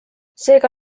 seega